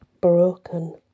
broken